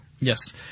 Yes